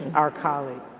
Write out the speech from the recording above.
our colleague.